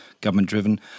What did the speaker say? government-driven